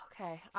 Okay